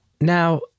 Now